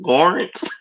Lawrence